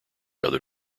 other